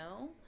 no